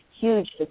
huge